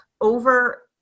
over